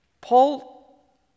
Paul